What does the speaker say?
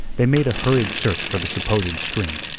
they made a hurried search for the supposed stream,